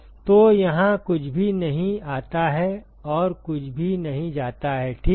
तो यहाँ कुछ भी नहीं आता है और कुछ भी नहीं जाता है ठीक